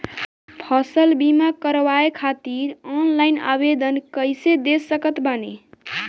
फसल बीमा करवाए खातिर ऑनलाइन आवेदन कइसे दे सकत बानी?